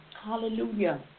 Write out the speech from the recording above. hallelujah